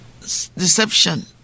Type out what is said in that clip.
Deception